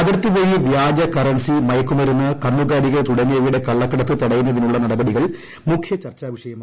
അതിർത്തി വഴി വ്യാജ കറൻസി മയക്കുമരുന്ന് കന്നുകാലികൾ തുടങ്ങിയവയുടെ കള്ളക്കടത്ത് തടയുന്നതിനുള്ള നടപടികൾ മുഖൃ ചർച്ചാ വിഷയമായി